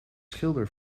schilder